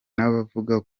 n’abavuga